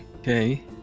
Okay